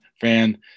fan